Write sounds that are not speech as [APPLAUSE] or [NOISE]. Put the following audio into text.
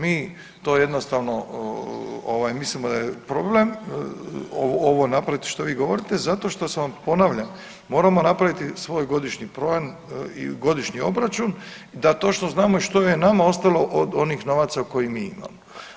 Mi to jednostavno mislimo da je problem, ovo napraviti što vi govorite zato što sam vam, ponavljam, moram napraviti svoj godišnji ... [UNINTELLIGIBLE] i godišnji obračun da to što znamo i što je nama ostalo od onih novaca koje mi imamo.